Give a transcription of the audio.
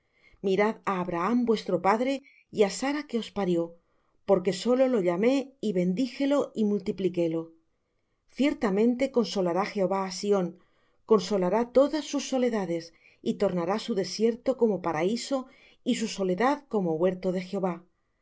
á abraham vuestro padre y á sara que os parió porque solo lo llamé y bendíjelo y multipliquélo ciertamente consolará jehová á sión consolará todas sus soledades y tornará su desierto como paraíso y su soledad como huerto de jehová